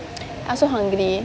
I'm so hungry